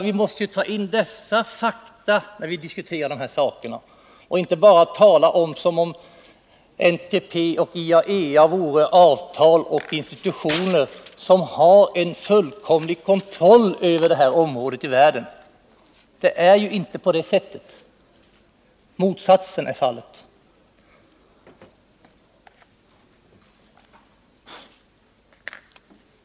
Vi måste ta in dessa fakta i bilden när vi diskuterar de här sakerna och inte tala som om NPT och IAEA vore avtal och institutioner som har en fullkomlig kontroll över det här området i världen. Det är inte på det sättet. Motsatsen är fallet.